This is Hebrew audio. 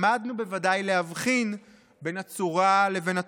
למדנו בוודאי להבחין בין הצורה לבין התוכן.